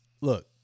Look